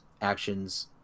actions